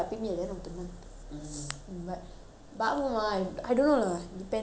mm but ba மாமா:mama I I don't know lah depends if I want to take or I don't want to take